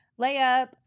layup